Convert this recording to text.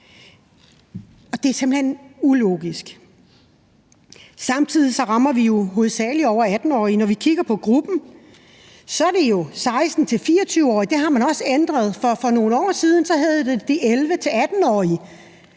det er simpelt hen ulogisk. Samtidig rammer vi hovedsagelig dem, der er over 18 år. Når vi kigger på gruppen, omfatter den jo de 16-24-årige, og der har man også ændret det. For nogle år siden omfattede den de 11-18-årige,